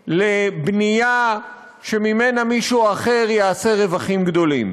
לבנייה שממנה מישהו אחר ירוויח רווחים גדולים.